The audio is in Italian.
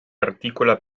articola